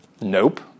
Nope